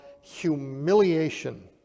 humiliation